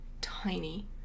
tiny